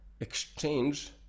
exchange